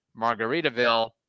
Margaritaville